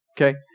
Okay